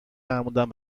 فرمودن